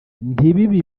ntibibe